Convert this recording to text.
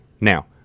Now